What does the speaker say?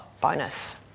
bonus